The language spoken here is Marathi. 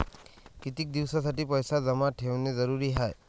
कितीक दिसासाठी पैसे जमा ठेवणं जरुरीच हाय?